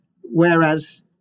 whereas